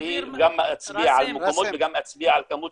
וגם אצביע על מקומות וגם אצביע על כמות